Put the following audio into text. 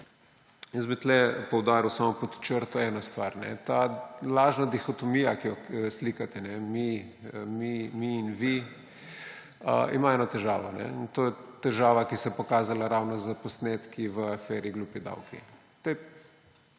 bi pod črto poudaril samo eno stvar – ta lažna dihotomija, ki jo slikate, mi in vi, ima eno težavo, in to je težava, ki se je pokazala ravno s posnetki v aferi Glupi davki.